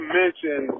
mention